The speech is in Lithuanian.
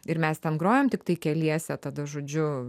ir mes ten grojom tiktai keliese tada žodžiu